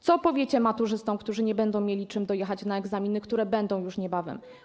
Co powiecie maturzystom, którzy nie będą mieli czym dojechać na egzaminy, które będą już niebawem?